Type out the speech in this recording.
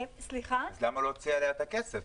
אז למה להוציא עליה את הכסף?